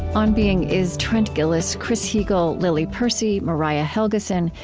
on being is trent gilliss, chris heagle, lily percy, mariah helgeson,